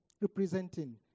representing